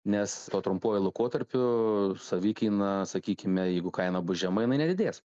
nes tuo trumpuoju laikotarpiu savikaina sakykime jeigu kaina bus žema jinai nedidės